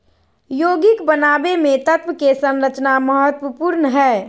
यौगिक बनावे मे तत्व के संरचना महत्वपूर्ण हय